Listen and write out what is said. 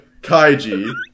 Kaiji